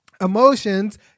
Emotions